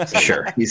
Sure